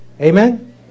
amen